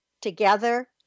Together